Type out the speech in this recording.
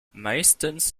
meistens